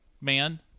man